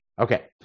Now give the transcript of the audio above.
okay